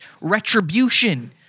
retribution